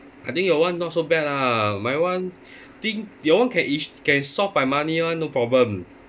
I think your one not so bad lah my one thing your one can each can solve by money one no problem